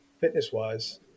fitness-wise